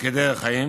כדרך חיים.